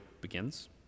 begins